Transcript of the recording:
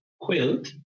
Quilt